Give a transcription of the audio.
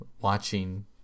watching